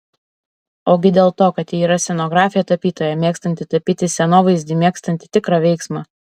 ogi dėl to kad ji yra scenografė tapytoja mėgstanti tapyti scenovaizdį mėgstanti tikrą veiksmą